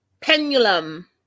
pendulum